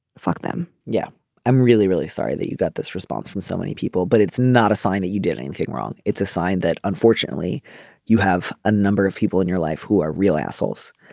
fuck them. yeah i'm really really sorry that you got this response from so many people but it's not a sign that you did anything wrong. it's a sign that unfortunately you have a number of people in your life who are real assholes.